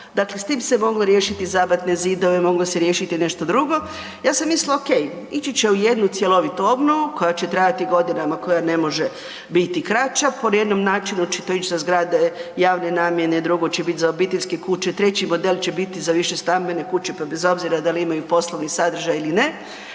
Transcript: dakle s tim se moglo riješiti zabatne zidove, moglo se riješiti nešto drugo. Ja sam mislila ok, ići će u jednu cjelovitu obnovu koja će trajati godinama, koja ne može biti kraća, po jednom načinu će to ići sa zgrade javne namjene, drugo će biti za obiteljske kuće, treći model će biti za višestambene kuće pa bez obzira da li imaju poslovni sadržaj ili ne,